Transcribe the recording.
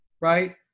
right